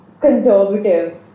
conservative